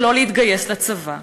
שלא להתגייס לצבא,